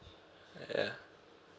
ya